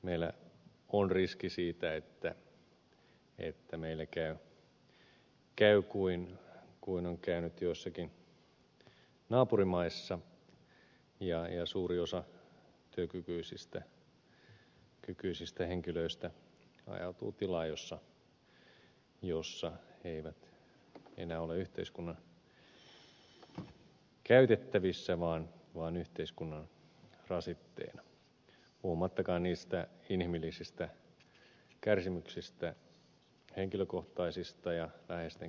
meillä on riski siitä että meillä käy niin kuin on käynyt joissakin naapurimaissa ja suuri osa työkykyisistä henkilöistä ajautuu tilaan jossa he eivät enää ole yhteiskunnan käytettävissä vaan yhteiskunnan rasitteena puhumattakaan niistä inhimillisistä kärsimyksistä henkilökohtaisista ja läheisten kärsimyksistä joita alkoholi aiheuttaa